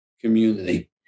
community